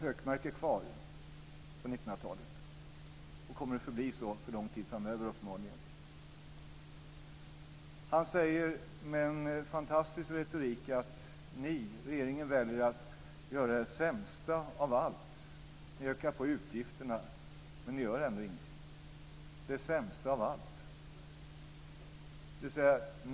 Hökmark är kvar på 1900 talet och kommer att förbli så för lång tid framöver, uppenbarligen. Han säger med en fantastisk retorik: Ni, regeringen, väljer att göra det sämsta av allt. Ni ökar på utgifterna, men ni gör ändå ingenting. Det sämsta av allt.